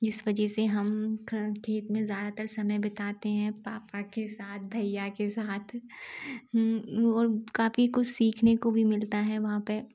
जिस वजह से हम खेत मे ज़्यादातर समय बिताते हैं पापा के साथ भैया के साथ वह और काफ़ी कुछ सीखने को भी मिलता है वहाँ पर